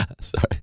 Sorry